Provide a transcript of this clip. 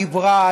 דיברה,